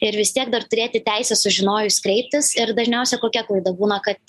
ir vis tiek dar turėti teisę sužinojus kreiptis ir dažniausia kokia klaida būna kad